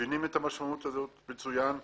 שמבינים את המשמעות הזאת מצוין.